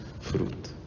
fruit